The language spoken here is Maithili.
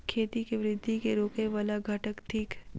खेती केँ वृद्धि केँ रोकय वला घटक थिक?